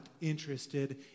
interested